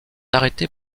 arrêtés